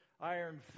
iron